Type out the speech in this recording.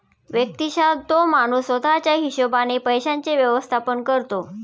व्यक्तिशः तो माणूस स्वतः च्या हिशोबाने पैशांचे व्यवस्थापन करतो